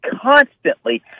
constantly